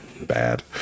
Bad